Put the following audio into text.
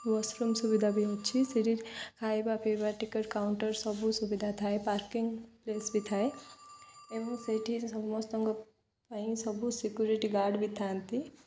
washroom ସୁବିଧା ବି ଅଛି ସେଠି ଖାଇବା ପିଇବା ଟିକେଟ୍ କାଉଣ୍ଟର ସବୁ ସୁବିଧା ଥାଏ ପାର୍କିଂ ପ୍ଲେସ୍ ବି ଥାଏ ଏବଂ ସେଇଠି ସମସ୍ତଙ୍କ ପାଇଁ ସବୁ ସିକ୍ୟୁରିଟି ଗାର୍ଡ଼ ବି ଥାଆନ୍ତି